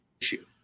issue